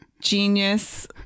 genius